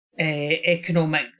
economic